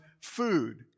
food